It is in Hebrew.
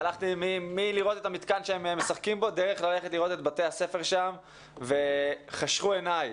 הלכתי לראות את המתקן שהם משחקים בו ואת בתי הספר וחשכו עיניי.